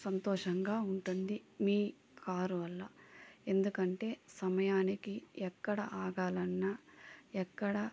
సంతోషంగా ఉంటుంది మీ కారు వల్ల ఎందుకంటే సమయానికి ఎక్కడ అగాలన్నా ఎక్కడ